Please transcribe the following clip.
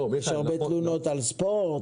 יש הרבה תלונות על ספורט.